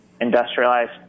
industrialized